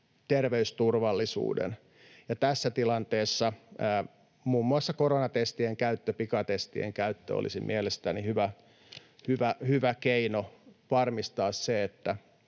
terveysturvallisuuden. Tässä tilanteessa muun muassa koronatestien käyttö, pikatestien käyttö, olisi mielestäni hyvä keino varmistaa se, että